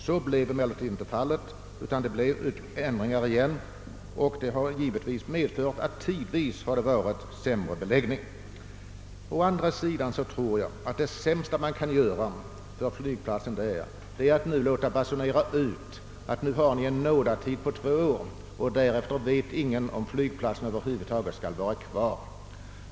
Så blev emellertid inte faliet, utan det blev en ändring igen. Dessa omläggningar har givetvis medfört, att det tidvis har blivit sämre beläggning. Emellertid tror jag att det sämsta man kan göra för flygplatsen är att basunera ut att nu blir det en nådatid på två år och därefter vet ingen om flygplatsen över huvud taget skall vara kvar.